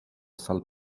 sal